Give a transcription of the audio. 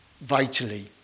vitally